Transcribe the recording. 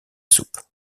soupe